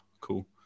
cool